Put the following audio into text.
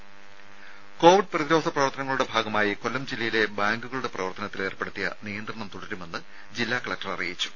ദരര കോവിഡ് പ്രതിരോധ പ്രവർത്തനങ്ങളുടെ ഭാഗമായി കൊല്ലം ജില്ലയിലെ ബാങ്കുകളുടെ പ്രവർത്തനത്തിൽ ഏർപ്പെടുത്തിയ നിയന്ത്രണം തുടരുമെന്ന് ജില്ലാ കലക്ടർ അറിയിച്ചു